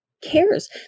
cares